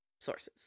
sources